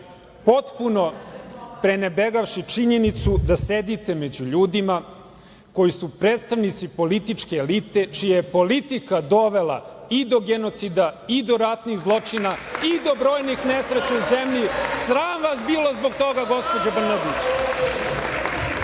potpuno prenebregavši činjenicu da sedite među ljudima koji su predstavnici političke elite čija je politika dovela i do genocida i do ratnih zločina i do brojnih nesreća u zemlji. Sram vas bilo zbog toga, gospođo